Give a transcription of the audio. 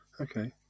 okay